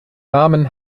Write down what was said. namen